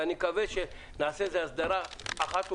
ואני מקווה שנעשה איזו הסדרה אחת ולתמיד,